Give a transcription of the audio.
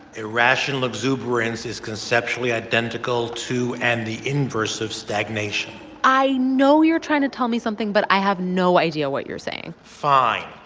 irrational exuberance is conceptually identical to and the inverse of stagnation i know you're trying to tell me something. but i have no idea what you're saying fine.